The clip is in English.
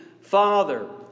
Father